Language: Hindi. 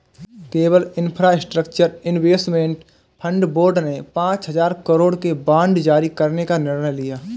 Kerala infrastructure investment fund board ने पांच हजार करोड़ के बांड जारी करने का निर्णय लिया